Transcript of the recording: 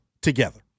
together